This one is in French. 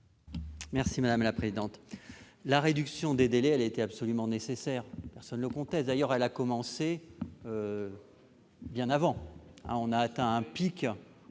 explication de vote. La réduction des délais était absolument nécessaire, personne ne le conteste. D'ailleurs, elle a commencé bien avant. On a atteint un pic